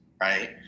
right